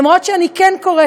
אף שאני כן קוראת,